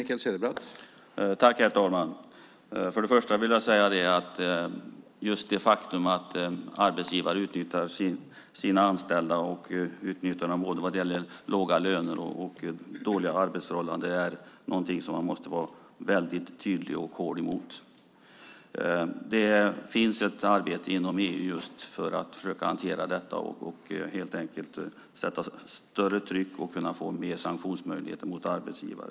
Herr talman! Låt mig börja med att säga att det faktum att arbetsgivare utnyttjar sina anställda både vad gäller låga löner och dåliga arbetsförhållanden är något som man måste vara väldigt tydlig och hård mot. Det finns ett arbete inom EU för att försöka hantera detta genom att helt enkelt sätta större tryck på arbetsgivare och ha fler sanktionsmöjligheter.